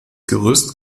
gerüst